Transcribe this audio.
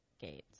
gates